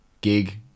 gig